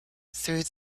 through